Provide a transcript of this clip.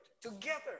together